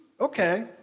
Okay